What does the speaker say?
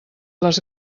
les